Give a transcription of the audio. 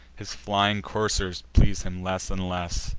his flying coursers please him less and less,